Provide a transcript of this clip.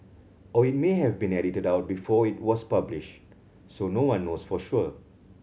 or it may have been edited out before it was published so no one knows for sure